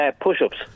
Push-ups